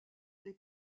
des